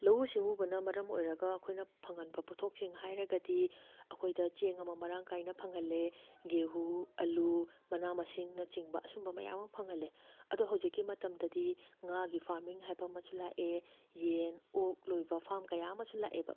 ꯂꯧꯎ ꯁꯤꯡꯎꯕꯅ ꯃꯔꯝ ꯑꯣꯏꯔꯒ ꯑꯩꯈꯣꯏꯅ ꯐꯪꯍꯟꯕ ꯄꯣꯠꯊꯣꯛꯁꯤꯡ ꯍꯥꯏꯔꯒꯗꯤ ꯑꯩꯈꯣꯏꯗ ꯆꯦꯡ ꯑꯃ ꯃꯔꯥꯡ ꯀꯥꯏꯅ ꯐꯪꯍꯜꯂꯦ ꯒꯦꯍꯨ ꯑꯜꯂꯨ ꯃꯅꯥ ꯃꯁꯤꯡꯅꯆꯤꯡꯕ ꯑꯁꯨꯝꯕ ꯃꯌꯥꯝ ꯑꯃ ꯐꯪꯍꯜꯂꯦ ꯑꯗꯣ ꯍꯧꯖꯤꯛꯀꯤ ꯃꯇꯝꯗꯗꯤ ꯉꯥꯒꯤ ꯐꯥꯃꯤꯡ ꯍꯥꯏꯕ ꯑꯃꯁꯨ ꯂꯥꯛꯑꯦ ꯌꯦꯟ ꯑꯣꯛ ꯂꯣꯏꯕ ꯐꯥꯝ ꯀꯌꯥ ꯑꯃꯁꯨ ꯂꯥꯛꯑꯦꯕ